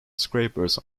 scrapers